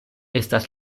estas